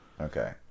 Okay